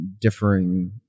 differing